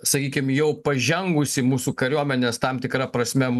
sakykim jau pažengusi mūsų kariuomenės tam tikra prasme